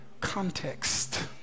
context